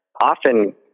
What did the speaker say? often